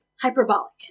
hyperbolic